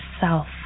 self